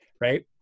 Right